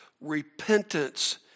Repentance